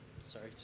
Sorry